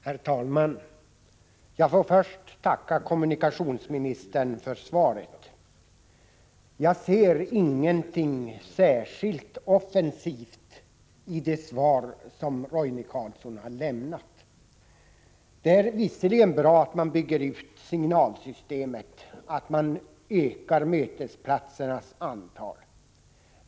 Herr talman! Jag får tacka kommunikationsministern för svaret. Jag ser ingenting särskilt offensivt i det svar Roine Carlsson har lämnat. Det är mycket bra att man bygger ut signalsystemet och ökar mötesplatsernas antal.